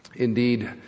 Indeed